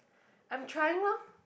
I'm trying lor